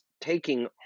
taking